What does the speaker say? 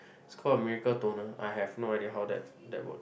is called a Miracle Toner I have no idea how that that work